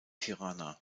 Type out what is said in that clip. tirana